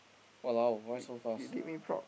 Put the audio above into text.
!walao! why so fast